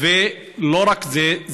לא רק זה,